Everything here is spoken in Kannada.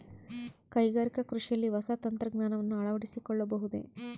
ಕೈಗಾರಿಕಾ ಕೃಷಿಯಲ್ಲಿ ಹೊಸ ತಂತ್ರಜ್ಞಾನವನ್ನ ಅಳವಡಿಸಿಕೊಳ್ಳಬಹುದೇ?